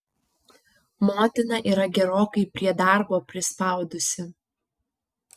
motina yra gerokai prie darbo prispaudusi